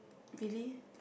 really